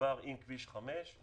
שמחובר עם כביש 5,